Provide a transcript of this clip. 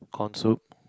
corn soup